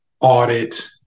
audit